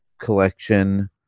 collection